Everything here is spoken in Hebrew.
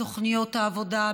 בתוכניות העבודה,